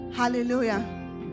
Hallelujah